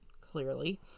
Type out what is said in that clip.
clearly